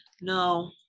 No